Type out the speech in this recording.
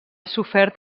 sofert